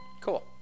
cool